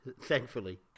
thankfully